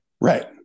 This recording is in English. Right